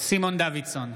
סימון דוידסון,